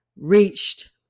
reached